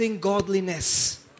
godliness